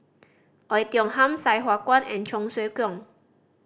Oei Tiong Ham Sai Hua Kuan and Cheong Siew Keong